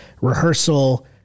rehearsal